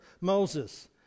Moses